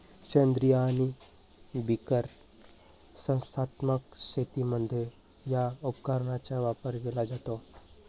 सेंद्रीय आणि बिगर संस्थात्मक शेतीमध्ये या उपकरणाचा वापर केला जातो